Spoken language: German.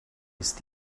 ist